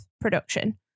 production